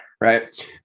right